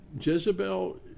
Jezebel